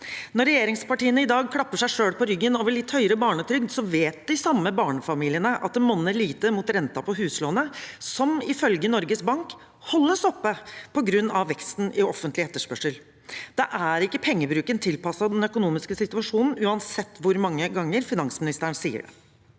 Når regjeringspartiene i dag klapper seg selv på skulderen over litt høyere barnetrygd, vet barnefamiliene at det monner lite mot renten på huslånet, som ifølge Norges Bank holdes oppe på grunn av veksten i offentlig etterspørsel. Da er ikke pengebruken tilpasset den økonomiske situasjonen, uansett hvor mange ganger finansministeren sier det.